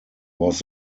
was